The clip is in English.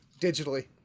digitally